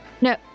No